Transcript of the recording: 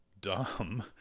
dumb